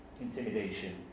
intimidation